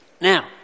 Now